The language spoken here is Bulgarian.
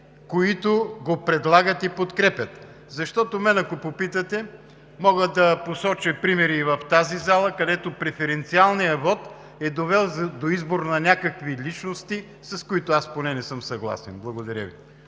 които го предлагат и подкрепят? Защото, ако ме попитате, мога да посоча примери и в тази зала, където преференциалният вот е довел до избор на някакви личности, с които поне аз не съм съгласен. Благодаря Ви.